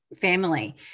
family